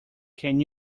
can